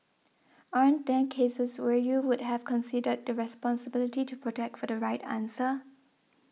aren't there cases where you would have considered the responsibility to protect for the right answer